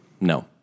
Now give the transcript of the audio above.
No